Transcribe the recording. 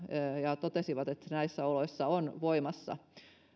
ja totesivat että se näissä oloissa on voimassa